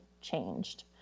changed